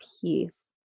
peace